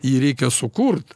jį reikia sukurt